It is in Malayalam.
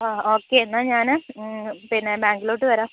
ആ ഓക്കെ എന്നാൽ ഞാൻ പിന്നെ ബാങ്കിലോട്ട് വരാം